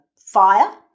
fire